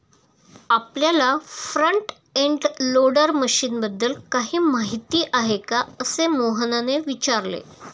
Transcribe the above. आपल्याला front end loader मशीनबद्दल काही माहिती आहे का, असे मोहनने विचारले?